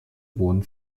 wurden